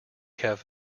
have